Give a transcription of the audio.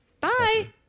Bye